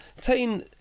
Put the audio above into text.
Tain